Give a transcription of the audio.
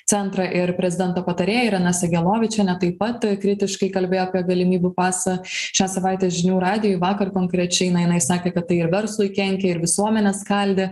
centrą ir prezidento patarėja irena sigelovičienė taip pat kritiškai kalbėjo apie galimybių pasą šią savaitę žinių radijui vakar konkrečiai na jinai sakė kad tai ir verslui kenkia ir visuomenę skaldė